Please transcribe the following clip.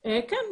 כן.